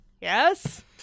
Yes